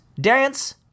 dance